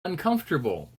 uncomfortable